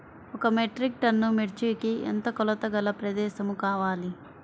ఒక metric tonne మిర్చికి ఎంత కొలతగల ప్రదేశము కావాలీ?